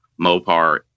Mopar